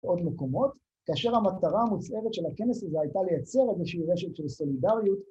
‫בעוד מקומות, כאשר המטרה ‫המוצהרת של הכנס ‫הזה הייתה לייצר איזושהי ‫רשת של סולידריות.